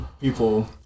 people